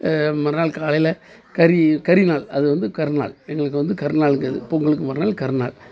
மறுநாள் காலையில் கரி கரிநாள் அது வந்து கருநாள் எங்களுக்கு வந்து கருநாளுக்கு அது பொங்கலுக்கு மறுநாள் கருநாள்